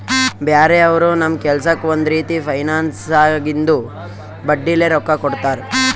ಬ್ಯಾರೆ ಅವರು ನಮ್ ಕೆಲ್ಸಕ್ಕ್ ಒಂದ್ ರೀತಿ ಫೈನಾನ್ಸ್ದಾಗಿಂದು ಬಡ್ಡಿಲೇ ರೊಕ್ಕಾ ಕೊಡ್ತಾರ್